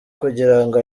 kugirango